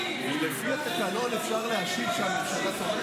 האם לפי התקנון אפשר להשיב כשהממשלה,